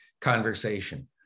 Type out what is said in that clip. conversation